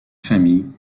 famille